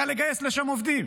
קל לגייס לשם עובדים.